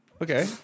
Okay